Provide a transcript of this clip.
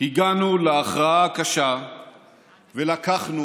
הגענו להכרעה הקשה ולקחנו